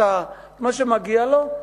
את מה שמגיע לו,